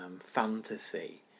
fantasy